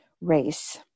race